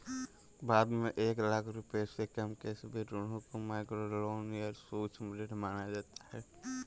भारत में एक लाख रुपए से कम के सभी ऋणों को माइक्रोलोन या सूक्ष्म ऋण माना जा सकता है